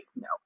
No